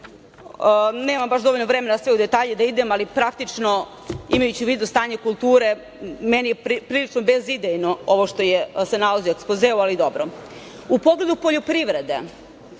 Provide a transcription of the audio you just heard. nemam dovoljno vremena sve u detalje da idem, ali praktično, imajući u vidu stanje kulture, prilično mi je bezidejno ovo što se nalazi u ekspozeu, ali dobro.U pogledu poljoprivrede,